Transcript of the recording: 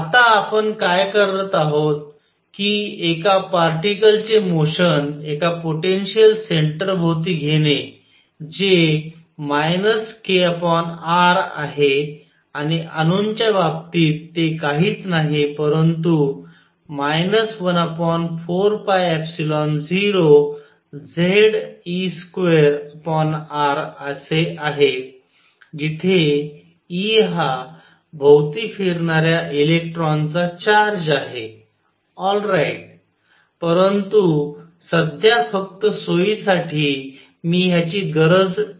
आता आपण काय करत आहोत कि एका पार्टीकल चे मोशन एका पोटेन्शिअल सेन्टर भोवती घेणे जे kr आहे आणि अणूंच्या बाबतीत ते काहीच नाही परंतु 14π0Ze2r असे आहे जिथे e हा भोवती फिरणाऱ्या इलेक्ट्रॉनचा चार्ज आहे ऑल राईट परंतु सध्या फक्त सोयीसाठी मी ह्याची गरज ठेवतो